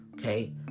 okay